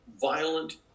violent